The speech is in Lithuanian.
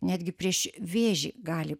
netgi prieš vėžį gali